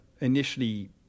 initially